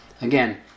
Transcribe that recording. Again